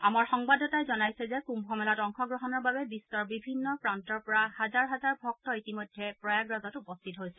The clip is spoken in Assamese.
আমাৰ সংবাদদাতাই জনাইছে যে কুম্ভমেলাত অংশগ্ৰহণৰ বাবে বিশ্বৰ বিভিন্ন প্ৰান্তৰ পৰা হাজাৰ হাজাৰ ভক্ত ইতিমধ্যে প্ৰয়াগৰাজত উপস্থিত হৈছে